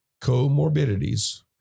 comorbidities